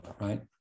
right